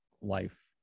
life